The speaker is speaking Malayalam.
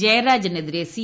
ജയരാജനെതിരെ സി